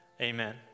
Amen